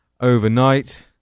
overnight